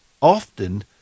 often